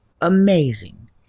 amazing